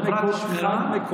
זה חברת משטרה.